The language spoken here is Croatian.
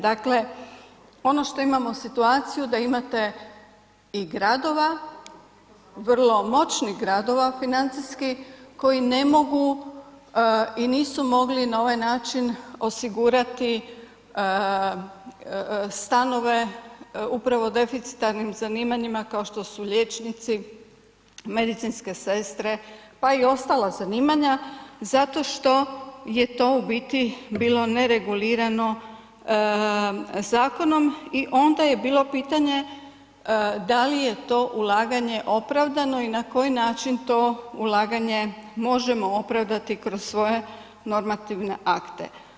Dakle ono što imamo situaciju da imate i gradova vrlo moćnih gradova financijski, koji ne mogu i nisu mogli na ovaj način osigurati stanove upravo deficitarnim zanimanjima kao što su liječnici, medicinske sestre pa i ostala zanimanja zato što je to u biti bilo neregulirano zakonom i onda je bilo pitanje da li je to ulaganje opravdano i na koji način To ulaganje možemo opravdati kroz svoje normativne akte.